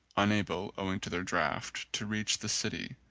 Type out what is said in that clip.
unable owing to their draught to reach the city,